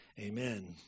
Amen